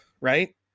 right